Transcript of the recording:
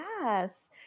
Yes